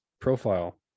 profile